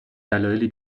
دلایلی